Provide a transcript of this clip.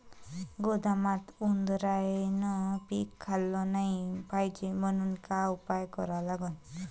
गोदामात उंदरायनं पीक खाल्लं नाही पायजे म्हनून का उपाय करा लागन?